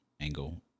angle